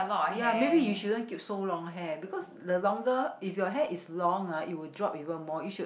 ya maybe you shouldn't keep so long hair because the longer if your hair is long ah it will drop even more you should